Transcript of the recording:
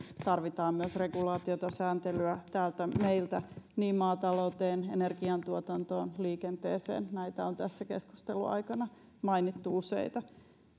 tarvitaan myös regulaatiota sääntelyä täältä meiltä maatalouteen energiantuotantoon liikenteeseen näitä on tässä keskustelun aikana mainittu useita